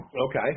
Okay